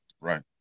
Right